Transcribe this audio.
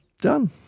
Done